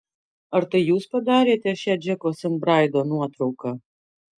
ar tai jūs padarėte šią džeko sent braido nuotrauką